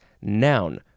Noun